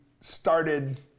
started